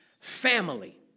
family